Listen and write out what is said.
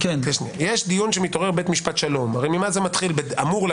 ממה זה אמור להתחיל